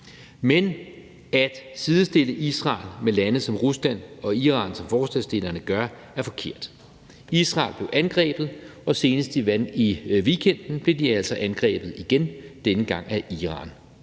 Men at sidestille Israel med lande som Rusland og Iran, som forslagsstillerne gør, er forkert. Israel blev angrebet, og senest i weekenden blev de altså angrebet igen, denne gang af Iran.